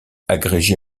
agrégé